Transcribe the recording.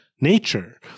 nature